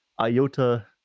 IOTA